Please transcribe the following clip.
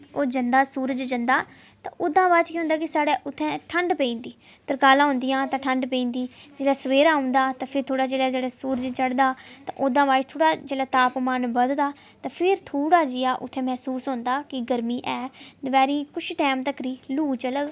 ओह् जंदा सूरज जंदा ते ओह्दा हा बाद च केह् होंदा कि साढ़े उत्थे ठंड पेई जंदी तरकालां होंदियां ते ठंड पेईं दी जिसलै सवेरा औंदा तां थोह्ड़ा जेह्ड़ा जेहले सूरज चढ़दा ते ओह्दा हा बाद थोह्ड़ा जेह्ड़ा तापमान बद्ध दा फिर थोह्ढ़ा जेहा उत्थै मैहसूस होंदा कि गरमी ऐ दपैह्री कुछ टैम तकर ही लूह् चलग